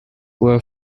poor